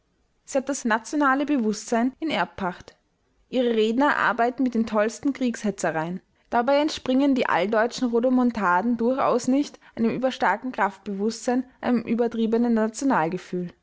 hat das nationale bewußtsein in erbpacht ihre redner arbeiten mit den tollsten kriegshetzereien dabei entspringen die alldeutschen rodomontaden durchaus nicht einem überstarken kraftbewußtsein einem übertriebenen